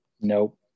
Nope